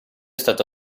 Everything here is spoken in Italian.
stato